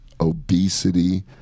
obesity